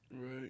Right